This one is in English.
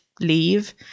leave